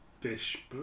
Fish